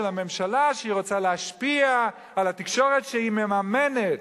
הממשלה שהיא רוצה להשפיע על התקשורת שהיא מממנת.